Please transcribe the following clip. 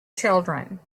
children